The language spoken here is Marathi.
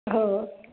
हो